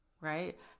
right